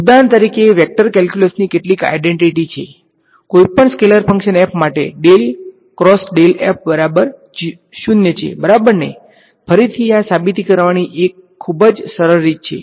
ઉદાહરણ તરીકેવેક્ટર કેલ્ક્યુલસની કેટલીક આઈડેંટીટી છેકોઈપણ સ્કેલર ફંકશન f માટે છે બરાબર ને ફરીથી આ સાબિત કરવાની એક ખૂબ જ સરળ રીત છે